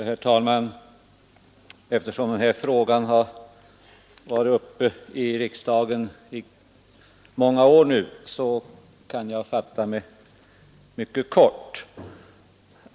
Herr talman! Eftersom denna fråga nu varit uppe i riksdagen under många år kan jag fatta mig mycket kort.